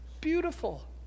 beautiful